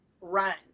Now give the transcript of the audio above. run